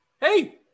hey